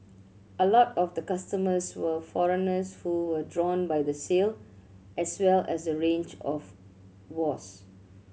a lot of the customers were foreigners who were drawn by the sale as well as the range of wares